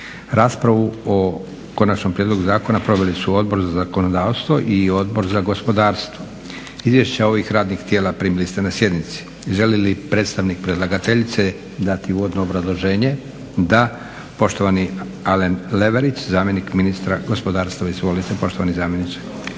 Raspravu o konačnom prijedlogu zakona proveli su Odbor za zakonodavstvo i Odbor za gospodarstvo. Izvješća ovih radnih tijela primili ste na sjednici. Želi li predstavnik predlagateljice dati uvodno obrazloženje. Da. poštovani Alen Leverić, zamjenik ministra gospodarstva. Izvolite poštovani zamjeniče.